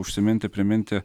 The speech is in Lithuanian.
užsiminti priminti